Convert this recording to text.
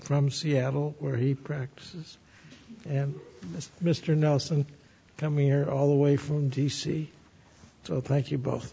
from seattle where he practices and mr nelson coming here all the way from d c so thank you both